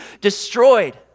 destroyed